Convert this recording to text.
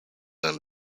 and